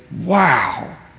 wow